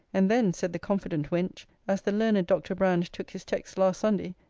and then said the confident wench, as the learned dr. brand took his text last sunday,